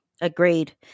Agreed